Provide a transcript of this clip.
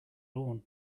lawn